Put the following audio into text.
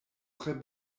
tre